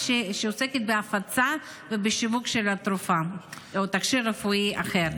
שעוסקת בהפצה ובשיווק של התרופה או תכשיר רפואי אחר.